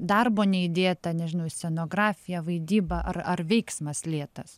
darbo neįdėta nežinau į scenografiją vaidybą ar ar veiksmas lėtas